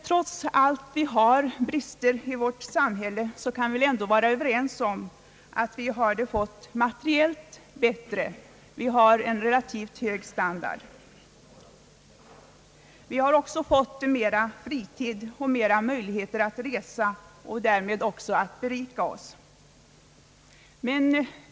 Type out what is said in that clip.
Trots att vi har brister i vårt samhälle kan vi ändå vara överens om att vi har fått det materiellt bättre och att vi har en relativt hög standard. Vi har också fått mera fritid och större möjlighet att resa och därmed att berika oss.